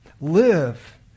Live